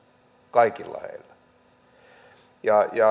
kaikilla heillä ja